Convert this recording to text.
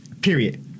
Period